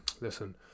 listen